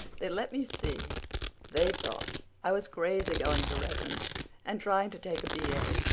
they let me see they thought i was crazy going to redmond and trying to take a b a,